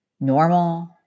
normal